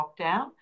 lockdown